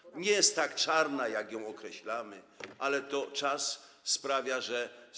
Sytuacja nie jest tak czarna, jak ją określamy, ale to czas sprawia, że.